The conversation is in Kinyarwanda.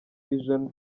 vision